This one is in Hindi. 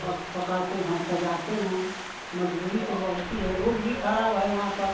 बस पकड़ते हैं तो जाते हैं मज़बूरी तो बहुत है रोड भी खराब है यहाँ पर